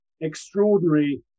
extraordinary